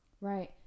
Right